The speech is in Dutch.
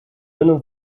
winnen